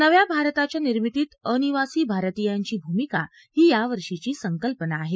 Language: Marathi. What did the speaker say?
नव्या भारताच्या निर्मितीत अनिवासी भारतीयांची भूमिका ही यावर्षीची संकल्पना आहे